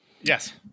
Yes